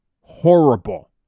horrible